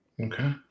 Okay